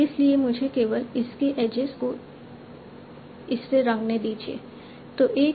इसलिए मुझे केवल इसके एजेज को इससे रंगने दीजिए